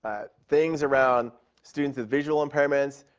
and things around students with visual impairments,